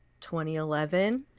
2011